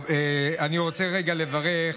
אני רוצה רגע לברך,